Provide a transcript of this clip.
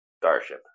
starship